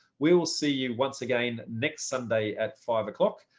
we will see you once again next sunday at five o'clock.